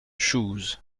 chooz